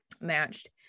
matched